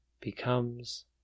becomes